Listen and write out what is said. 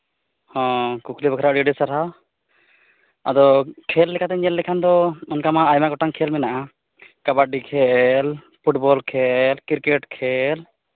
ᱦᱚᱸ ᱠᱩᱠᱞᱤ ᱵᱟᱠᱷᱨᱟ ᱜᱮ ᱟᱹᱰᱤ ᱟᱹᱰᱤ ᱥᱟᱨᱦᱟᱣ ᱟᱫᱚ ᱠᱷᱮᱞ ᱞᱮᱠᱟᱛᱮ ᱧᱮᱞ ᱞᱮᱠᱷᱟᱱ ᱫᱚ ᱚᱝᱠᱟ ᱢᱟ ᱟᱭᱢᱟ ᱜᱚᱴᱟᱝ ᱠᱷᱮᱹᱞ ᱢᱮᱱᱟᱜᱼᱟ ᱠᱟᱵᱟᱰᱤ ᱠᱷᱮᱹᱞ ᱯᱷᱩᱴᱵᱚᱞ ᱠᱷᱮᱹᱞ ᱠᱨᱤᱠᱮᱴ ᱠᱷᱮᱹᱞ